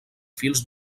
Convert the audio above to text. fils